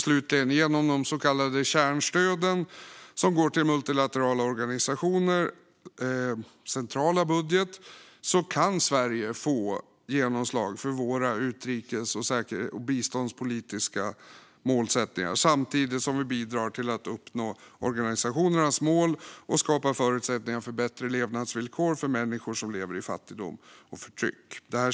Slutligen: Genom de så kallade kärnstöden som går till en multilateral organisations centrala budget kan Sverige få genomslag för utrikes och biståndspolitiska målsättningar samtidigt som vi bidrar till att uppnå organisationernas mål och skapar förutsättningar för bättre levnadsvillkor för människor som lever i fattigdom och förtryck.